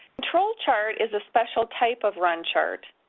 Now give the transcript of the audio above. control chart is a special type of run chart.